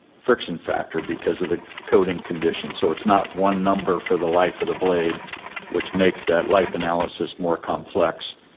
friction factor because of the coating condition, so it's not one number for the life of the blade which makes that life analysis more complex,